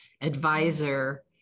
advisor